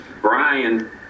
Brian